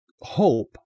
hope